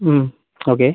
okay